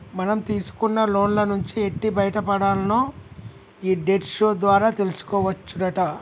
మనం తీసుకున్న లోన్ల నుంచి ఎట్టి బయటపడాల్నో ఈ డెట్ షో ద్వారా తెలుసుకోవచ్చునట